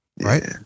Right